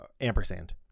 ampersand